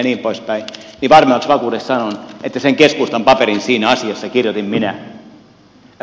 niin varmemmaksi vakuudeksi sanon että sen keskustan paperin siinä asiassa kirjoitin minä